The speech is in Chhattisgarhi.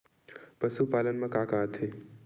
पशुपालन मा का का आथे?